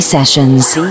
Sessions